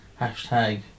hashtag